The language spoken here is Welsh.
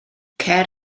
cer